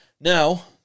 Now